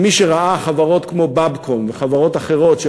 ומי שראה חברות כמו Babcom וחברות אחרות,